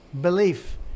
belief